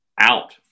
out